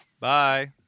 Bye